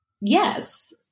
Yes